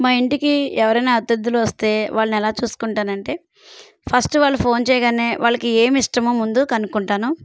మా ఇంటికి ఎవరైనా అతిథులు వస్తే వాళ్ళని ఎలా చూసుకుంటానంటే ఫస్టు వాళ్ళు ఫోన్ చేయగానే వాళ్ళకి ఏమి ఇష్టమో ముందు కనుక్కుంటాను